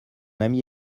ami